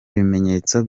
ibimenyetso